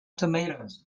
tomatoes